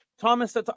Thomas